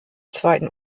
zweiten